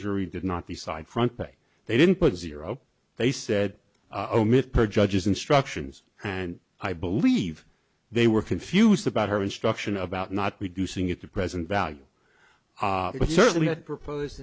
jury did not decide front page they didn't put zero they said omit per judge's instructions and i believe they were confused about her instruction about not reducing at the present value but certainly had proposed